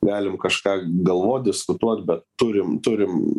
galim kažką galvot diskutuot bet turim turim